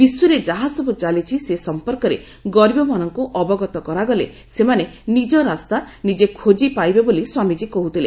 ବିଶ୍ୱରେ ଯାହାସବୁ ଚାଲିଛି ସେ ସମ୍ପର୍କରେ ଗରିବମାନଙ୍କୁ ଅବଗତ କରାଗଲେ ସେମାନେ ନିଜ ରାସ୍ତା ନିଜେ ଖୋକି ପାଇବେ ବୋଲି ସ୍ୱାମୀଜୀ କହ୍ୱଥିଲେ